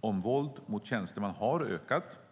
om våld mot tjänsteman har ökat.